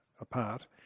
apart